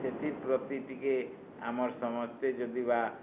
ସେଥିର୍ ପ୍ରତି ଟିକେ ଆମର୍ ସମସ୍ତେ ଯଦି ବା